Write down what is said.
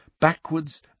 backwards